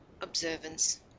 Observance